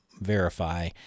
Verify